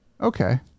Okay